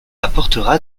apportera